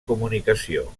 comunicació